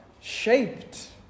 shaped